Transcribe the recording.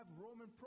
Roman